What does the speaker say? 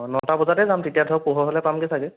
অঁ নটা বজাতে যাম তেতিয়া ধৰক পোহৰ হ'লে পামগে চাগে